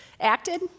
acted